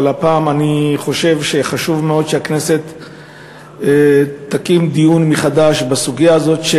אבל אני חושב שהפעם חשוב מאוד שהכנסת תקיים דיון מחדש בסוגיה הזאת,